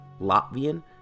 Latvian